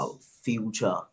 future